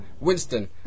winston